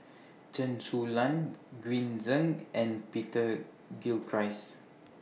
Chen Su Lan Green Zeng and Peter Gilchrist